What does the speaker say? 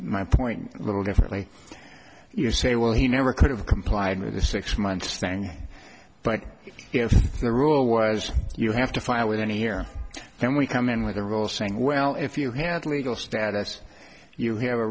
my point little differently you say well he never could have complied with the six months thing but if the rule was you have to file within a year then we come in with a role saying well if you had legal status you have a